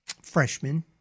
freshman